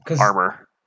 armor